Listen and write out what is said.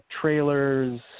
trailers